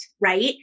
right